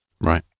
Right